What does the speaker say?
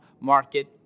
market